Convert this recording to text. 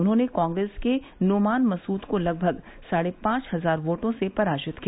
उन्होंने कांग्रेस के नोमान मसूद को लगभग साढ़े पांच हजार वोटों से पराजित किया